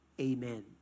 Amen